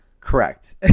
correct